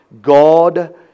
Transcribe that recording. God